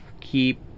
keep